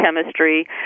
chemistry